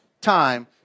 time